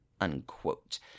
unquote